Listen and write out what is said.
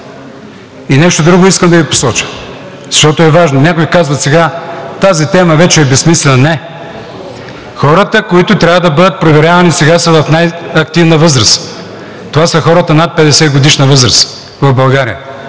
И нещо друго искам да Ви посоча, защото е важно. Някои казват сега: „Тази тема вече е безсмислена.“ Не! Хората, които трябва да бъдат проверявани, сега са в най-активна възраст. Това са хората над 50-годишна възраст в България